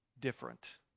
different